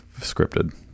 scripted